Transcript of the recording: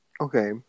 Okay